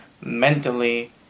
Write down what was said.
mentally